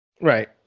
Right